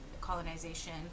colonization